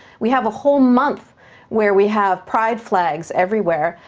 we have a whole month where we have pride flags everywhere,